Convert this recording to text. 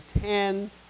ten